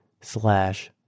slash